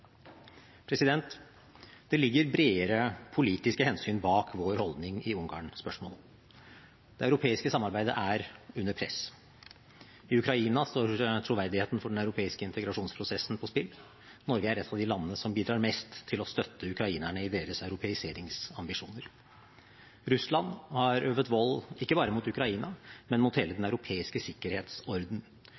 Det ligger bredere politiske hensyn bak vår holdning i Ungarn-spørsmålet. Det europeiske samarbeidet er under press. I Ukraina står troverdigheten for den europeiske integrasjonsprosessen på spill. Norge er et av de landene som bidrar mest til å støtte ukrainerne i deres europeiseringsambisjoner. Russland har øvet vold ikke bare mot Ukraina, men mot hele den europeiske sikkerhetsorden.